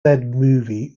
movie